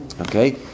Okay